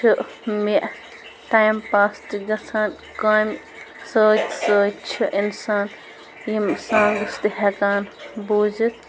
چھِ مےٚ time pass تہِ گژھان کامہِ سۭتۍ سۭتۍ چھِ اِنسان یِم سانٛگٕس تہِ ہٮ۪کان بوٗزِتھ